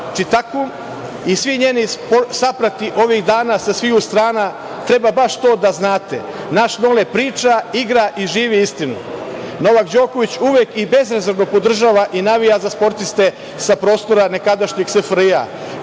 Čitaku i svi njeni saprati ovih dana sa svih strana, treba baš to da znate, naš Nole priča, igra i živi istinu. Nole Đoković uvek i bezrezervno podržava i navija za sportiste nekadašnjeg SFRJ i